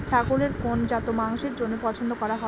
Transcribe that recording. ছাগলের কোন জাত মাংসের জন্য পছন্দ করা হয়?